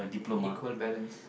equal balance